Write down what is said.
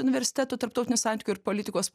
universiteto tarptautinių santykių ir politikos